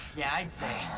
yeah, i'd say.